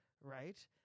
right